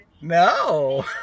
No